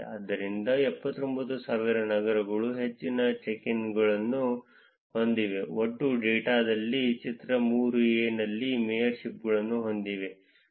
ಆದ್ದರಿಂದ 79000 ನಗರಗಳು ಹೆಚ್ಚಿನ ಚೆಕ್ ಇನ್ಗಳನ್ನು ಹೊಂದಿವೆ ಒಟ್ಟು ಡೇಟಾದಲ್ಲಿ ಚಿತ್ರ 3 ಎ ನಲ್ಲಿ ಮೇಯರ್ಶಿಪ್ಗಳನ್ನು ಹೊಂದಿವೆ